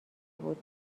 بود